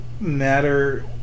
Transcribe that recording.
matter